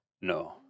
No